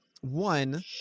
One